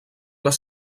les